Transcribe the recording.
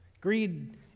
Greed